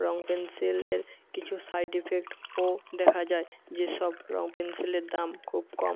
রঙ পেনসিলের কিছু সাইড এফেক্টও দেখা যায় যেসব রঙ পেনসিলের দাম খুব কম